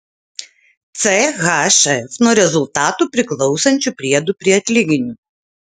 chf nuo rezultatų priklausančių priedų prie atlyginimo